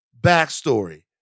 backstory